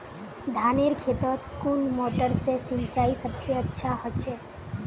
धानेर खेतोत कुन मोटर से सिंचाई सबसे अच्छा होचए?